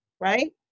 right